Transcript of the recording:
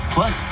Plus